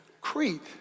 Crete